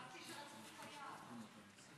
חשבתי שרצית, חשבתי שאתה הולך להגיד משהו כזה.